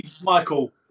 michael